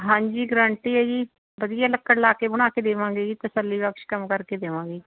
ਹਾਂਜੀ ਗਰੰਟੀ ਹੈ ਜੀ ਵਧੀਆ ਲੱਕੜ ਲਾ ਕੇ ਬਣਾ ਕੇ ਦੇਵਾਂਗੇ ਜੀ ਤਸੱਲੀ ਬਖ਼ਸ਼ ਕੰਮ ਕਰਕੇ ਦੇਵਾਂਗੇ